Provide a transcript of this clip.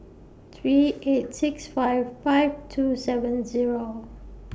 three eight six five five two seven Zero